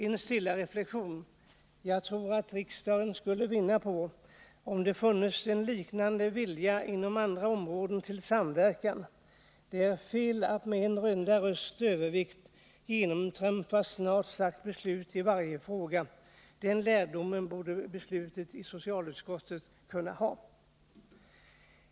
En stilla reflexion: jag tror riksdagen skulle vinna på om det inom andra områden funnes en liknande vilja till samverkan. Det är fel att med en enda rösts övervikt genomtrumfa beslut i snart sagt varje fråga. Den lärdomen borde beslutet i socialutskottet kunna ge.